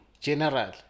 general